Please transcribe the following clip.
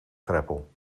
greppel